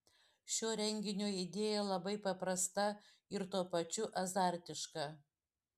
šio renginio idėja labai paprasta ir tuo pačiu azartiška